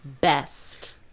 best